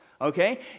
Okay